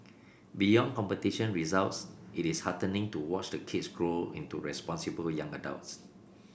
beyond competition results it is heartening to watch the kids grow into responsible young adults